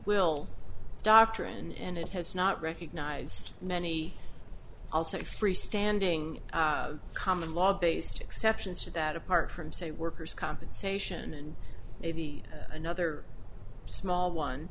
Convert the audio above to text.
will doctrine and it has not recognized many also freestanding common law based exceptions to that apart from say workers compensation and maybe another small